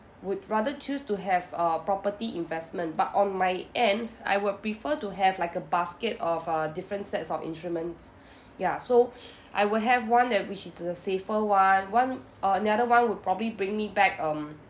would rather choose to have a property investment but on my end I would prefer to have like a basket of uh different sets of instruments ya so I would have one that which is the safer one one uh another one would probably bring me back um